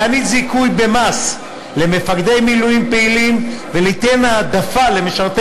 להעניק זיכוי במס למפקדי מילואים פעילים וליתן העדפה למשרתי